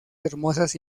hermosas